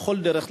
בכל דרך,